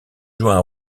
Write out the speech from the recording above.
jouent